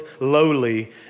lowly